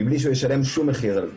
מבלי שהוא ישלם שום מחר על זה.